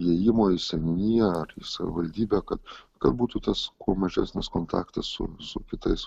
įėjimo į seniūniją savivaldybę kad kad būtų tas kuo mažesnis kontaktas su su kitais